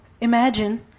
imagine